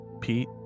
Pete